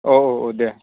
औ औ औ दे